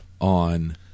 on